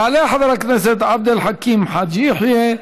יעלה חבר הכנסת עבד אל חכים חאג' יחיא,